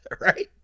right